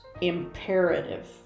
Imperative